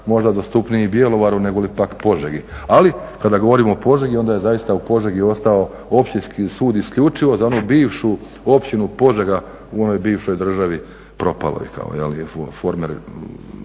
možda dostupniji Bjelovaru nego li pak Požegi. Ali kada govorimo o Požegi, onda je zaista u Požegi ostao općinski sud isključivo za onu bivšu općinu Požega u onoj bivšoj državi, propaloj kao,